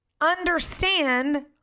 understand